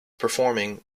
performing